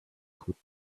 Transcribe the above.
could